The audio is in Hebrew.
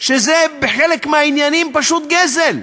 שזה בחלק מהעניינים פשוט גזל,